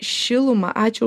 šilumą ačiū